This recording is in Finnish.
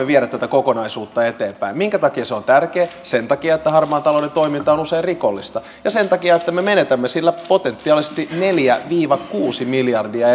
viedä tätä kokonaisuutta eteenpäin minkä takia se on tärkeä sen takia että harmaan talouden toiminta on usein rikollista ja sen takia että me menetämme sillä potentiaalisesti neljä viiva kuusi miljardia